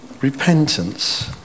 Repentance